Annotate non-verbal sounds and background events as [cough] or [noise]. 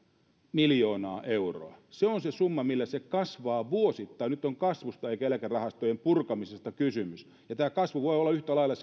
miljoonaa euroa se on se summa millä se kasvaa vuosittain nyt on kasvusta eikä eläkerahastojen purkamisesta kysymys ja tämä kasvu voi olla yhtä lailla [unintelligible]